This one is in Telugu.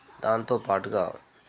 దాంతో పాటుగా